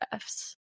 Fs